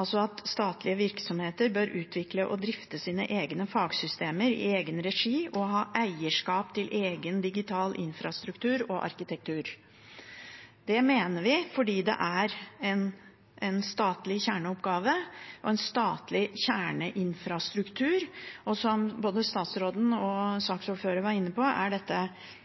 altså at statlige virksomheter bør utvikle og drifte sine egne fagsystemer, i egen regi, og ha eierskap til egen digital infrastruktur og arkitektur. Det mener vi fordi det er en statlig kjerneoppgave og en statlig kjerneinfrastruktur – og som både statsråden og saksordføreren var inne på, er det vanskelige avgrensninger knyttet til personvern – og at dette